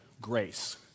grace